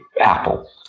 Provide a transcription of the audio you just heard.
Apple